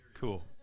cool